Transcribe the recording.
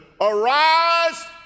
Arise